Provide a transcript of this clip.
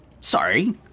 Sorry